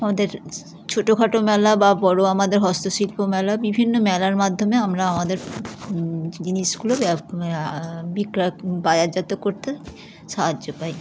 আমাদের ছোটো খাটো মেলা বা বড়ো আমাদের হস্তশিল্প মেলা বিভিন্ন মেলার মাধ্যমে আমরা আমাদের জিনিসগুলো ব্য বিক্রয় বাজারজাত করতে সাহায্য পাই